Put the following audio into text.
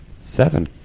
seven